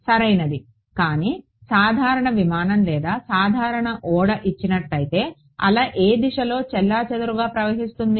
సరియైనది కానీ సాధారణ విమానం లేదా సాధారణ ఓడ ఇచ్చినట్లయితే అల ఏ దిశలో చెల్లాచెదురుగా ప్రవహిస్తుంది